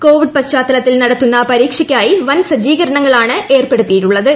Covid പശ്ചാത്തലത്തിൽ നടത്തുന്ന പരീക്ഷയ്ക്കാ യി വൻ സജ്ജീകരണങ്ങളാണ് ഏർപ്പെടുത്തിയിട്ടുള്ളത്